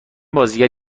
بازیگر